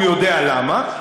הוא יודע למה.